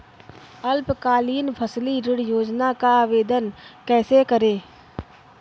अल्पकालीन फसली ऋण योजना का आवेदन कैसे करें?